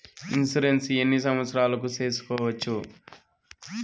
Insurance ఎన్ని సంవత్సరాలకు సేసుకోవచ్చు?